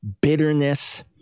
Bitterness